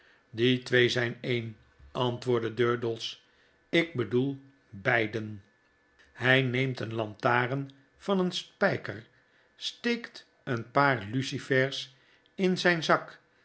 die twee zijn een antwoordt durdels ik bedoel beiden hij neemt eenlantaarn varieen spyker steekt een paar lucifers in zyn zak